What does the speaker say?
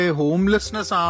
homelessness